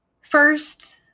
First